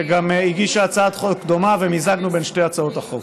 שהגישה הצעת חוק דומה ומיזגנו את שתי הצעות החוק.